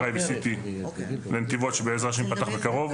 ו- CT לנתיבות שבעזרת ה' ייפתח בקרוב,